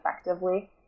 effectively